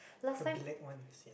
the black ones